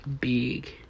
big